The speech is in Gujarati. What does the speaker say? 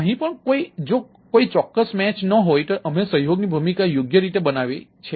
તેથી અહીં પણ જો કોઈ ચોક્કસ મેચ ન હોય તો અમે સહયોગની ભૂમિકા યોગ્ય રીતે બનાવી છે